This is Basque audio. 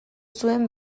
zuen